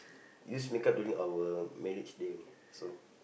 use makeup during our marriage day only so